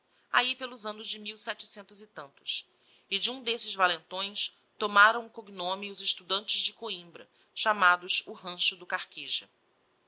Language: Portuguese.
ahi pelos annos de mil setecentos e tantos e de um d'esses valentões tomaram o cognome os estudantes de coimbra chamados o rancho do carqueja